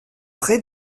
près